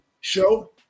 show